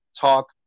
talk